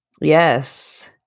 yes